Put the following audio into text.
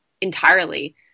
entirely